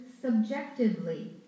subjectively